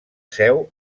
seu